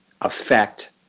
affect